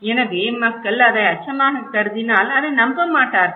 எனவே மக்கள் அதை அச்சமாகக் கருதினால் அதை நம்ப மாட்டார்கள்